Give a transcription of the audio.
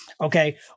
Okay